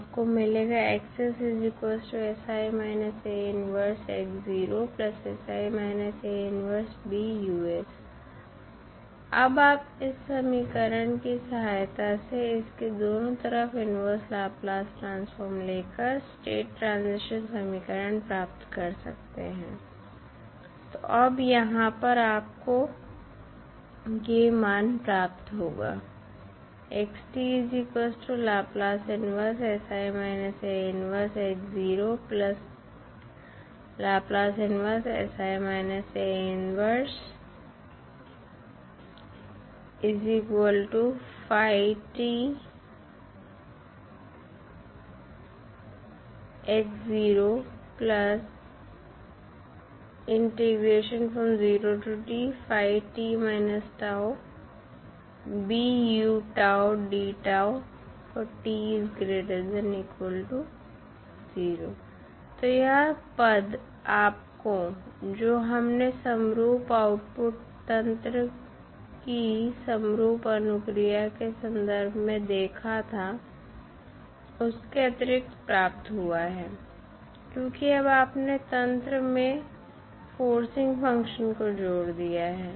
आपको मिलेगा अब आप इस समीकरण की सहायता से इसके दोनों तरफ़ इनवर्स लाप्लास ट्रांसफॉर्म लेकर स्टेट ट्रांजीशन समीकरण प्राप्त कर सकते हैं तो अब यहाँ पर आपको ये मान प्राप्त होगा तो यह पद आपको जो हमने समरूप आउटपुट तंत्र की समरूप अनुक्रिया के सन्दर्भ में देखा था उसके अतिरिक्त प्राप्त हुआ है क्यूंकि अब आपने तंत्र में फोर्सिंग फंक्शन को जोड़ दिया है